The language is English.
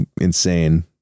insane